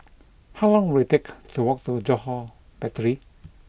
How long will it take to walk to Johore Battery